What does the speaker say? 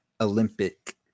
Olympic